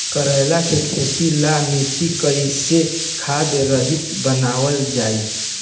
करेला के खेती ला मिट्टी कइसे खाद्य रहित बनावल जाई?